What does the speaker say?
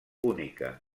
única